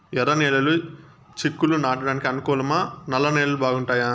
ఎర్రనేలలు చిక్కుళ్లు నాటడానికి అనుకూలమా నల్ల నేలలు బాగుంటాయా